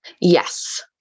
Yes